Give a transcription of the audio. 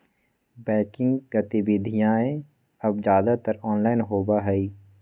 banking गतिविधियन अब ज्यादातर ऑनलाइन होबा हई